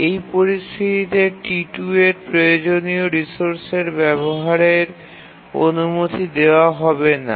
এই পরিস্থিতিতে T2 এর প্রয়োজনীয় রিসোর্সের ব্যাবহারের অনুমতি দেওয়া হবে না